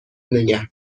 نگه